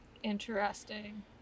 Interesting